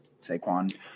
Saquon